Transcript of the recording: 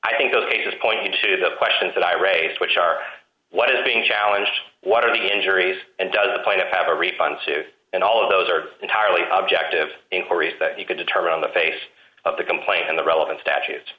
i think those cases pointed to the questions that i raised which are what is being challenged what are the injuries and does apply to have a refund to and all of those are entirely objective inquiries that you could determine on the face of the complaint and the relevant statu